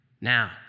Now